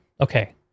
Okay